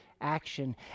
action